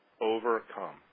overcome